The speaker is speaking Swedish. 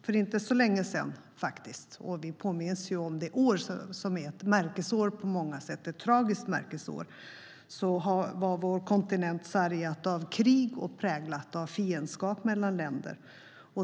För inte så länge sedan - vi påminns om det i år, som är ett tragiskt märkesår på många sätt - var vår kontinent sargad av krig och präglat av fiendskap mellan länder.